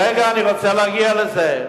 רגע, אני רוצה להגיע לזה.